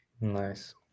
Nice